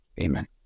amen